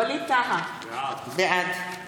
ווליד טאהא, בעד